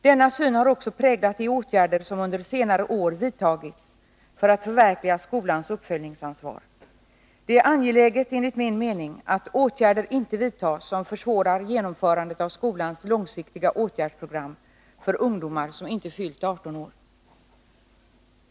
Denna syn har också präglat de åtgärder som under senare år vidtagits för att förverkliga skolans uppföljningsansvar. Det är angeläget, enligt min mening, att åtgärder inte vidtas som försvårar genomförandet av skolans långsiktiga åtgärdsprogram för ungdomar som inte fyllt 18 år.